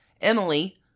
Emily